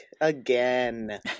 Again